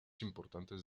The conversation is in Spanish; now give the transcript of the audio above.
importantes